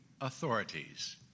authorities